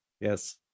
Yes